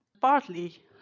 Partly